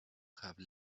have